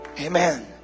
Amen